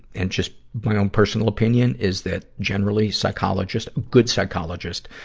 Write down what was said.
and just, my own personal opinion, is that generally psychologists, good psychologists,